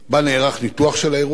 שבה נערך ניתוח של האירוע,